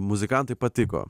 muzikantai patiko